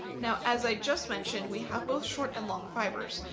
now as i just mentioned, we have both short and long fibres.